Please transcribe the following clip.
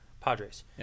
Padres